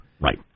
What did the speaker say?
Right